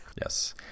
yes